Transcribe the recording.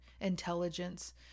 intelligence